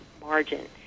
margin